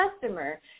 customer